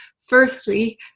firstly